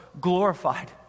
glorified